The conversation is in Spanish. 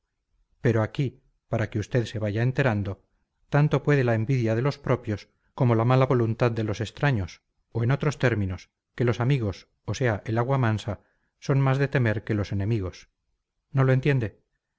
pero aquí para que usted se vaya enterando tanto puede la envidia de los propios como la mala voluntad de los extraños o en otros términos que los amigos o sea el agua mansa son más de temer que los enemigos no lo entiende